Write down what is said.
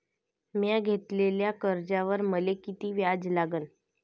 म्या घेतलेल्या कर्जावर मले किती व्याज लागन?